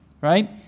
Right